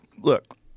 Look